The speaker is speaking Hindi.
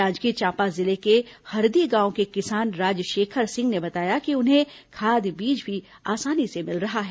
जांजगीर चांपा जिले में हरदी गांव के किसान राजशेखर सिंह ने बताया कि उन्हें खाद बीज भी आसानी से मिल रहा है